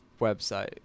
website